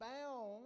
bound